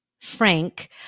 frank